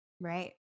right